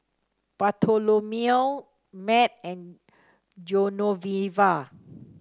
Bartholomew Matt and Genoveva